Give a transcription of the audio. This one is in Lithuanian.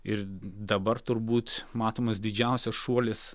ir dabar turbūt matomas didžiausias šuolis